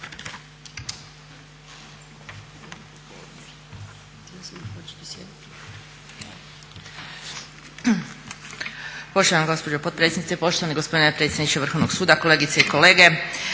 Poštovana gospođo potpredsjednice, poštovani gospodine predsjedniče Vrhovnog suda, kolegice i kolege.